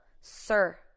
sir